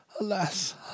Alas